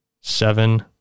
seven